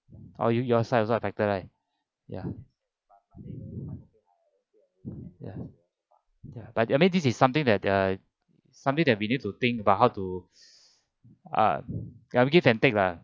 oh you your side is better right ya ya ya but I mean this is something that the something that we need to think about how to uh give and take lah